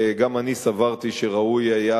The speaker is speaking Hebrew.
וגם אני סברתי שראוי היה,